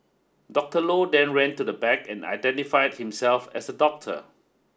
Doctor Low then ran to the back and identified himself as a doctor